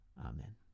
Amen